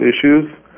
issues